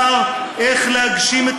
יועץ לשר אמור לייעץ לשר איך להגשים את